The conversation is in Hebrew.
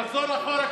נחזור קצת אחורה,